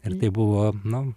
ir tai buvo nu